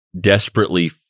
desperately